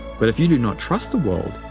but if you do not trust the world,